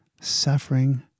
Suffering